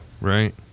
Right